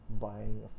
buying